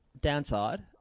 downside